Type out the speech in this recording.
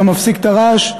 אתה מפסיק את הרעש?